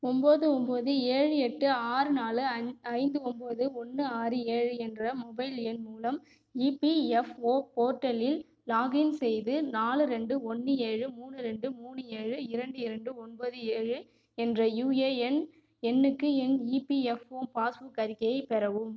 ஒம்பது ஒம்பது ஏழு எட்டு ஆறு நாலு ஐந்து ஒம்பது ஒன்று ஆறு ஏழு என்ற மொபைல் எண் மூலம் இபிஎஃப்ஓ போர்ட்டலில் லாகின் செய்து நாலு ரெண்டு ஒன்று ஏழு மூணு ரெண்டு மூணு ஏழு இரண்டு இரண்டு ஒன்பது ஏழு என்ற யூஏஎன் எண்ணுக்கு என் இபிஎஃப்ஓ பாஸ்புக் அறிக்கையை பெறவும்